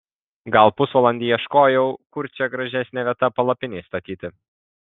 gal pusvalandį ieškojau kur čia gražesnė vieta palapinei statyti